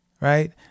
right